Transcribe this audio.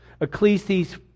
Ecclesiastes